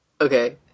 okay